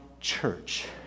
church